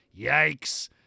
Yikes